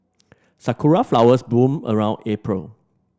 sakura flowers bloom around April